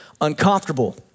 uncomfortable